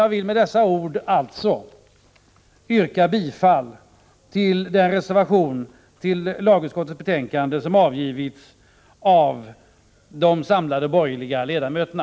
Jag vill med dessa ord yrka bifall till den reservation till lagutskottets betänkande som avgivits av de samlade borgerliga ledamöterna.